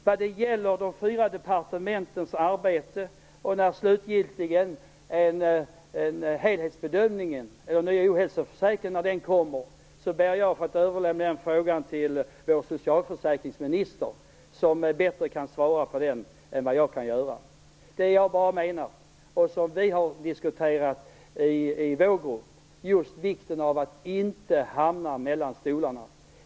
Frågorna om de fyra departementens arbete och om när ohälsoförsäkringen kommer ber jag att få överlämna till vår socialförsäkringsminister, som kan ge bättre svar än jag. I vår grupp har vi diskuterat just vikten av att inte hamna mellan stolarna.